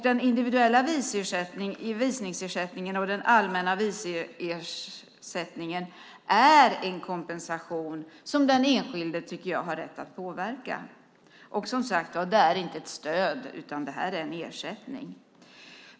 Den individuella visningsersättningen och den allmänna visningsersättningen är en kompensation som jag tycker att den enskilde har rätt att påverka. Och som sagt var: Det är inte ett stöd - det är en ersättning.